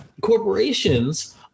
corporations